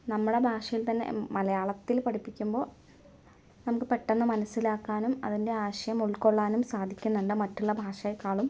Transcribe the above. നമ്മുടെ ഭാഷയിൽ തന്നെ മലയാളത്തിൽ പഠിപ്പിക്കുമ്പോൾ നമുക്ക് പെട്ടെന്ന് മനസ്സിലാക്കാനും അതിൻറെ ആശയം ഉൾക്കൊള്ളാനും സാധിക്കുന്നുണ്ട് മറ്റുള്ള ഭാഷയെക്കാളും